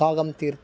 காகம் தீர்த்த